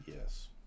yes